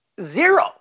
zero